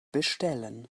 bestellen